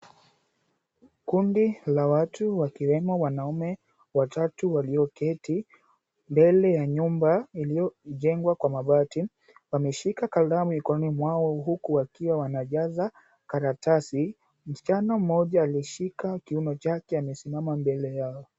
Kundi la watu, wakiwemo wanaume watatu walioketi mbele ya nyumba iliyojengwa kwa mabati. Wameshika kalamu mikononi mwao huku, wakiwa wanajaza karatasi. Msichana mmoja alishika kiuno chake amesimama mbele yao.